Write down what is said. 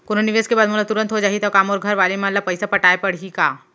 कोनो निवेश के बाद मोला तुरंत हो जाही ता का मोर घरवाले मन ला पइसा पटाय पड़ही का?